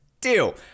Deal